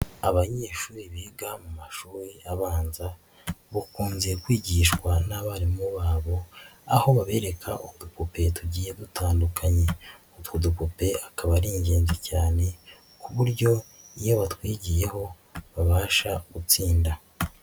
Abanyeshuri biga mu mashuri abanza bakunze kwigishwa n'abarimu babo, aho babereka udupupe tugiye dutandukanye, utwo dupupe akaba ari ingenzi cyane ku buryo iyo batwigiyeho babasha gutsinda.